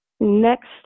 next